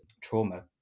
trauma